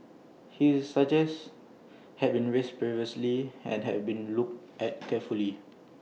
his suggest had been raised previously and had been looked at carefully